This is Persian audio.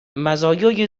مزایای